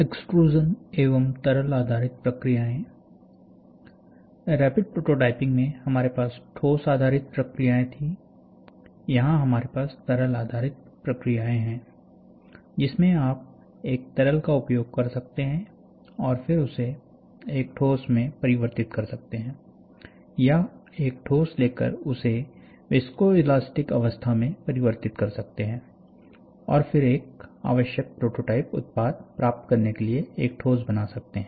extrusion एवं तरल आधारित प्रक्रियाए रैपिड प्रोटोटाइप में हमारे पास ठोस आधारित प्रक्रियाएं थी यहां हमारे पास तरल आधारित प्रक्रियाएं हैं जिसमें आप एक तरल का उपयोग कर सकते हैं और फिर उसे एक ठोस में परिवर्तित कर सकते हैं या एक ठोस लेकर उसे विस्कोइलास्टिक अवस्था में परिवर्तित कर सकते हैं और फिर एक आवश्यक प्रोटोटाइप उत्पाद प्राप्त करने के लिए एक ठोस बना सकते हैं